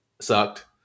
sucked